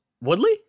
Woodley